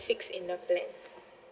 fix in the plan